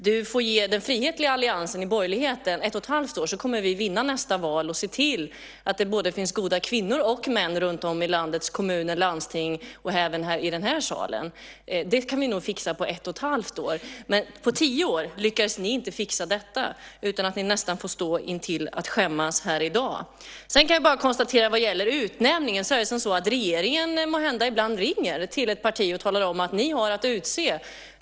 Du får ge den frihetliga alliansen i borgerligheten ett och halvt år så kommer vi att vinna nästa val och se till att det både finns goda kvinnor och män runtom i landets kommuner och landsting och även i den här salen. Det kan vi nog fixa på ett och ett halvt år. Men på tio år lyckades ni inte fixa detta, utan ni får nästan stå och skämmas här i dag. Sedan kan jag bara konstatera vad gäller utnämningar att regeringen måhända ibland ringer till ett parti och säger: Ni har att utse.